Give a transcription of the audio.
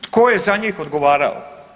Tko je za njih odgovarao?